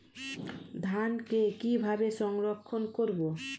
ধানকে কিভাবে সংরক্ষণ করব?